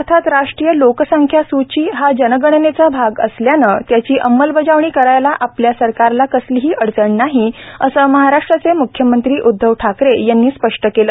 अर्थात राष्ट्रीय लोकसंख्या सुची हा जनगणनेचा भाग असल्यानं त्याची अंमलबजावणी करायला आपल्या सरकारला कसलीही अडचण नाही असं महाराष्ट्राचे मुख्यमंत्री उद्धव ठाकरे यांनी स्पष्ट केलं